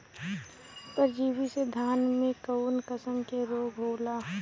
परजीवी से धान में कऊन कसम के रोग होला?